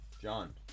John